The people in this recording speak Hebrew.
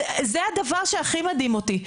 זה הדבר שהכי מדהים אותי,